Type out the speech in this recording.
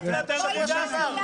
הוא פגע בזכויות --- לא הסכמתי אז,